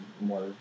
more